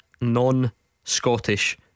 Non-Scottish